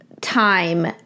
time